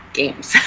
games